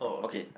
okay